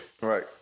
Right